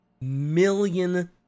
million